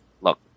look